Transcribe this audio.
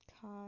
cause